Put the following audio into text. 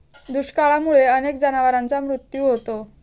दुष्काळामुळे अनेक जनावरांचा मृत्यू होतो